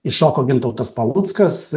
iššoko gintautas paluckas